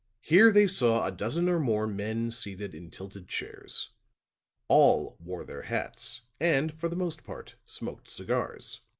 here they saw a dozen or more men seated in tilted chairs all wore their hats and for the most part smoked cigars.